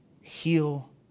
heal